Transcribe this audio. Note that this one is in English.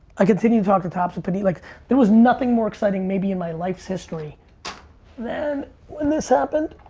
i continue to talk to topps and panini. like there was nothing more exciting maybe in my life's history then when this happened.